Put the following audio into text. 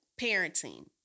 parenting